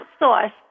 outsource